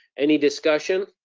any discussion?